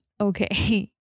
Okay